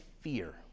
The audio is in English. fear